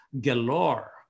galore